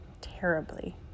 terribly